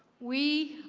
we,